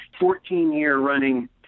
14-year-running